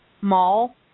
mall